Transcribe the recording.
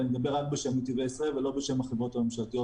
ואני מדבר רק בשם נתיבי ישראל וכמובן שלא בשם החברות הממשלתיות.